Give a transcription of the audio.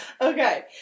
Okay